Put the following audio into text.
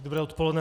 Dobré odpoledne.